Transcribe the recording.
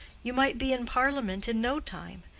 you might be in parliament in no time.